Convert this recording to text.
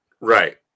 Right